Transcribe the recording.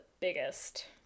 biggest